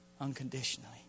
unconditionally